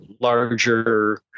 larger